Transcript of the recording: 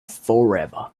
forever